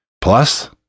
Plus